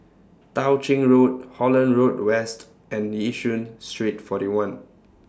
Tao Ching Road Holland Road West and Yishun Street forty one